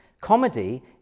Comedy